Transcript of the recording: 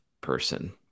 person